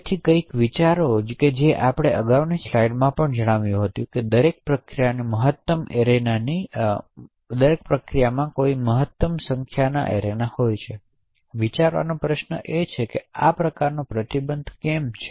તેથી કંઈક વિચારવાનો જે આપણે અગાઉની સ્લાઇડમાં જણાવ્યું હતું કે દરેક પ્રક્રિયામાં મહત્તમ સંખ્યામાં એરેના હોય છે હવે અહીં વિચારવાનો પ્રશ્ન એ છે કે ત્યાં આ પ્રકારનો પ્રતિબંધ કેમ છે